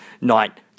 Night